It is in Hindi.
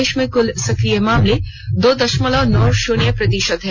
देश में कुल सक्रिय मामले दो दशमलव नौ शून्य प्रतिशत है